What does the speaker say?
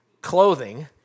clothing